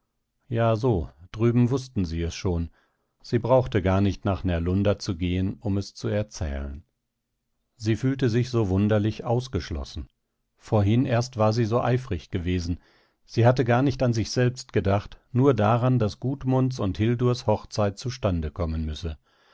ja so drüben wußten sie es schon sie brauchte gar nicht nach närlunda zu gehen um es zu erzählen sie fühlte sich so wunderlich ausgeschlossen vorhin erst war sie so eifrig gewesen sie hatte gar nicht an sich selbst gedacht nur daran daß gudmunds und hildurs hochzeit zustande kommen müsse